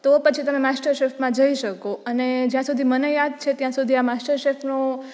તો પછી તમે માસ્ટર શેફમાં જઈ શકો અને જ્યાં સુધી મને યાદ છે ત્યાં સુધી આ માસ્ટર શેફનું